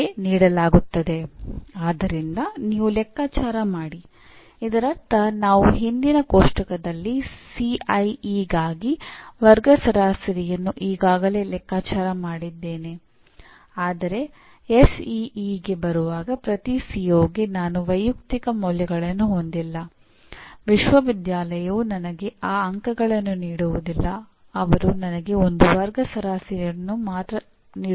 ನೀವು ನೋಡುವಂತೆ ಇದರಲ್ಲಿ ಹಲವಾರು ಮುಖ್ಯ ಪದಗಳಿವೆ ಮತ್ತು ನಂತರದ ಘಟಕಗಳಲ್ಲಿ ಅಂತಹ ಹೇಳಿಕೆಗಳ ಪ್ರತಿಯೊಂದು ವೈಶಿಷ್ಟ್ಯಗಳನ್ನು ನೋಡಲು ನಾವು ಪ್ರಯತ್ನಿಸುತ್ತೇವೆ ಮತ್ತು ಪ್ರಸ್ತುತ ಎನ್ಬಿಎ ಹೀಗೆ ಹೇಳಿದೆ